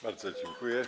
Bardzo dziękuję.